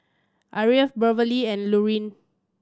Aria Beverley and Lurline